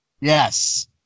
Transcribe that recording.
Yes